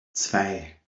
zwei